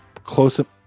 close-up